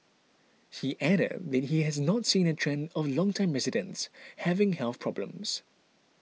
he added that he has not seen a trend of longtime residents having health problems